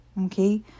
okay